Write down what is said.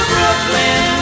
Brooklyn